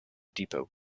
depot